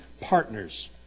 partners